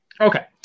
Okay